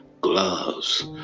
gloves